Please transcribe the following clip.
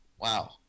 Wow